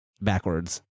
backwards